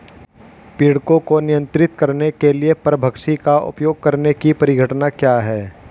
पीड़कों को नियंत्रित करने के लिए परभक्षी का उपयोग करने की परिघटना क्या है?